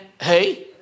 hey